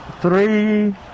three